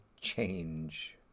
change